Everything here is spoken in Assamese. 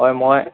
হয় মই